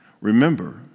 remember